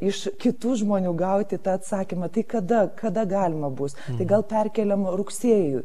iš kitų žmonių gauti tą atsakymą tai kada kada galima bus tai gal perkeliam rugsėjui